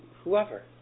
Whoever